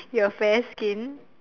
your fair skin